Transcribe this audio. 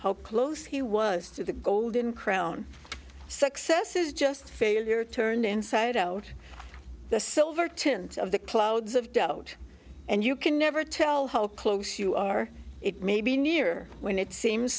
how close he was to the golden crown success is just failure turned inside out the silver tint of the clouds of doubt and you can never tell how close you are it may be near when it seems